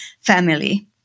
family